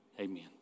amen